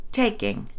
taking